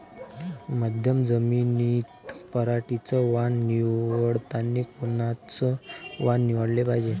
मध्यम जमीनीत पराटीचं वान निवडतानी कोनचं वान निवडाले पायजे?